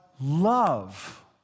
love